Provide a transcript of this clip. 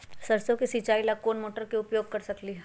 सरसों के सिचाई ला कोंन मोटर के उपयोग कर सकली ह?